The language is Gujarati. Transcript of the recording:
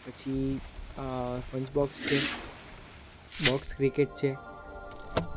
પછી પંચબોક્સ છે બોક્સ ક્રિકેટ છે